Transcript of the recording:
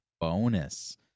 bonus